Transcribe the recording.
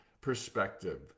perspective